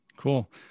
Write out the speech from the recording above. Cool